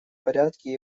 порядке